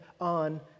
on